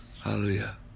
Hallelujah